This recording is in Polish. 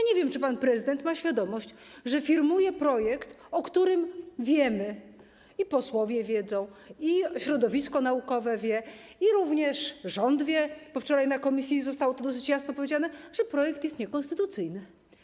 Nie wiem, czy pan prezydent ma świadomość, że firmuje projekt, o którym wiemy - i posłowie wiedzą, i środowisko naukowe wie, i również rząd wie, bo wczoraj na posiedzeniu komisji zostało to dosyć jasno powiedziane - że projekt jest niekonstytucyjny.